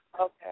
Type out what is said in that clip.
Okay